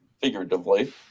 figuratively